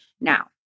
Now